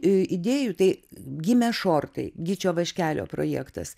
idėjų tai gimė šortai gyčio vaškelio projektas